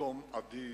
תום עדי,